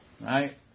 Right